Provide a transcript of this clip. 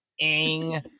Ing